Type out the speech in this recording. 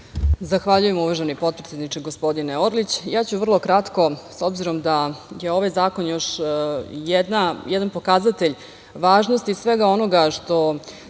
Zahvaljujem, uvaženi potpredsedniče, gospodine Orlić. Vrlo kratko ću, s obzirom da je ovaj zakon još jedan pokazatelj važnosti svega onoga što